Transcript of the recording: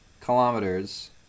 kilometers